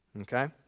Okay